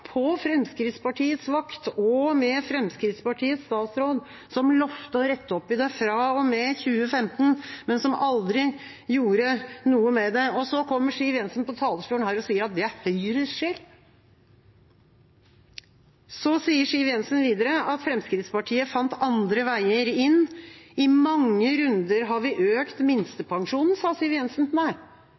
på Fremskrittspartiets vakt og med Fremskrittspartiets statsråd, som lovte å rette opp i det fra og med 2015, men som aldri gjorde noe med det. Og så kommer Siv Jensen på talerstolen her og sier at det er Høyres skyld! Siv Jensen sier videre at Fremskrittspartiet fant «andre veier inn». «I mange runder» har vi økt minstepensjonen, sa Siv Jensen. Nei,